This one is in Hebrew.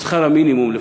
שכר המינימום לפחות.